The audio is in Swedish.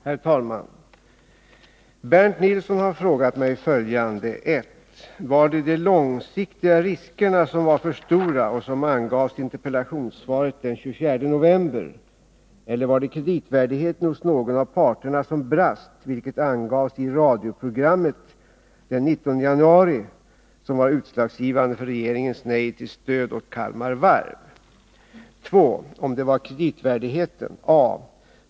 Herr talman! Bernt Nilsson har frågat mig följande: ”1. Vad var utslagsgivande för regeringens nej till stöd åt Kalmar Varv: att de långsiktiga riskerna var för stora, som angavs i interpellationssvaret den 24 november, eller att kreditvärdigheten hos någon av parterna brast, som angavs i radioprogrammet den 19 januari? 2. Om brister i kreditvärdigheten var det utslagsgivande, undrar jag: a.